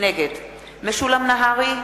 נגד משולם נהרי,